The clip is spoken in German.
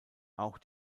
auch